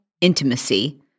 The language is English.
intimacy